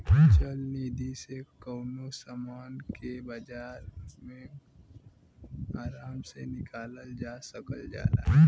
चल निधी से कउनो समान के बाजार मे आराम से निकालल जा सकल जाला